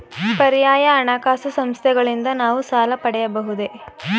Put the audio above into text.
ಪರ್ಯಾಯ ಹಣಕಾಸು ಸಂಸ್ಥೆಗಳಿಂದ ನಾವು ಸಾಲ ಪಡೆಯಬಹುದೇ?